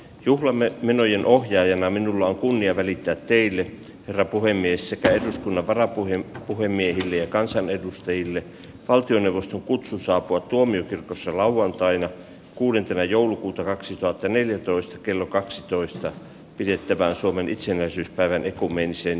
juhlamme menojen ohjaajana minulla on kunnia välittää teille varapuhemies sekä eduskunnan varapuheen puhemiehen ja kansanedustajille valtioneuvoston kutsu saapua tuomiokirkossa lauantaina kuudentenä joulukuuta kaksituhattaneljätoista kello kaksitoista pidettävää suomen itsenäisyyspäivän ekumeeniseen